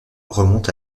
remontent